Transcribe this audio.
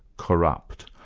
corrupt.